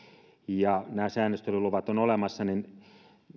ja nämä säännöstelyluvat ovat olemassa